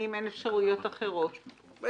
האם אין אפשרויות אחרות בהסכם?